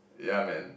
yeah man